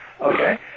okay